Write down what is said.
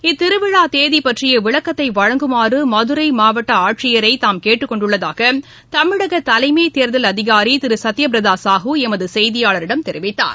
இத்திருவிழா தேதி பற்றிய விளக்கத்தை வழங்குமாறு மதுரை மாவட்ட ஆட்சியரை தாம் கேட்டுக்கொண்டுள்ளதாக தமிழக தலைமை தேர்தல் அதிகாரி திரு சத்திய பிரத சாஹு எமது செய்தியாளரிடம் தெரிவித்துள்ளார்